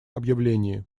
объявлении